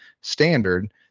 standard